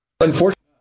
Unfortunately